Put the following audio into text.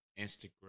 Instagram